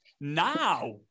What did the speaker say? now